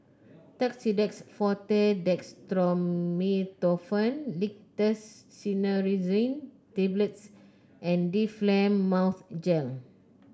Tussidex Forte Dextromethorphan Linctus Cinnarizine Tablets and Difflam Mouth Gel